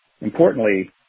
Importantly